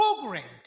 programmed